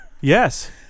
Yes